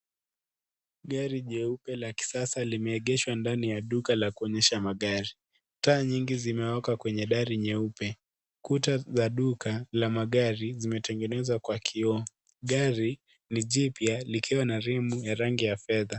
Gari jeupe la kisasa limeegeshwa ndani ya duka ya kuonyesha magari. Taa nyingi zimewaka kwenye gari nyeupe ,kuta za duka la magari zimetengenezwa Kwa kioo, gari ni jipya likiwa na rimu ya rangi ya fedha.